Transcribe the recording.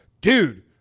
dude